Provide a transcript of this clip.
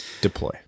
Deploy